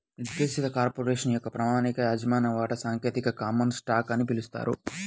నిర్దేశిత కార్పొరేషన్ యొక్క ప్రామాణిక యాజమాన్య వాటా సాంకేతికంగా కామన్ స్టాక్ అని పిలుస్తారు